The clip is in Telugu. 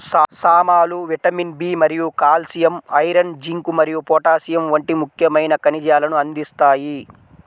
సామలు విటమిన్ బి మరియు కాల్షియం, ఐరన్, జింక్ మరియు పొటాషియం వంటి ముఖ్యమైన ఖనిజాలను అందిస్తాయి